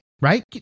right